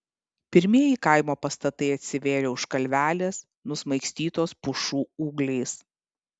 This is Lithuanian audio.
pirmieji kaimo pastatai atsivėrė už kalvelės nusmaigstytos pušų ūgliais